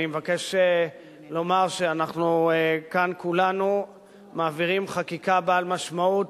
אני מבקש לומר שאנחנו כאן כולנו מעבירים חקיקה בעלת משמעות